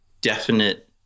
definite